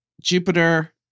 Jupiter